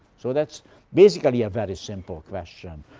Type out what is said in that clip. so that's basically a very simple question.